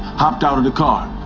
hopped out of the car,